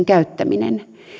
käyttäminen